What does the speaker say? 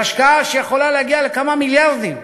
זו השקעה שיכולה להגיע לכמה מיליארדים.